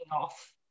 off